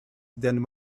than